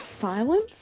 silence